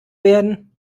werden